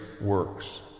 works